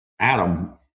Adam